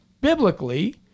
biblically